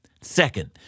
Second